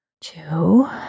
two